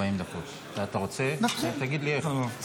40 דקות, תגיד לי איך.